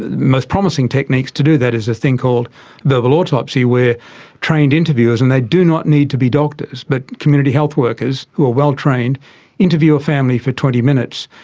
most promising techniques to do that is a thing called verbal autopsy where trained interviewers, and they do not need to be doctors, but community health workers who are well trained interview a family for twenty minutes,